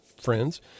friends